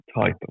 type